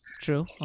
True